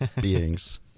beings